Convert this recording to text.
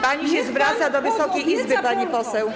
Pani się zwraca do Wysokiej Izby, pani poseł.